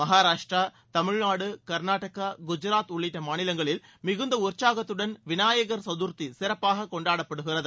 மகாராஷ்டிரா தமிழ்நாடு கர்நாடகா குஜாத் உள்ளிட்ட மாநிலங்களில் மிகுந்த உற்சாகத்துடன் விநாயகர் சதூர்த்தி சிறப்பாக கொண்டாடப்படுகிறது